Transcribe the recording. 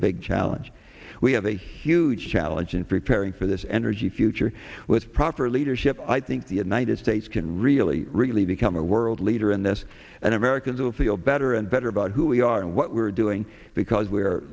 big challenge we have a huge challenge in preparing for this energy future with proper leadership i think the united states can really really become a world leader in this and americans will feel better and better about who we are and what we're doing because we